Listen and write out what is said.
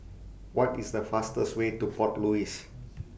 What IS The fastest Way to Port Louis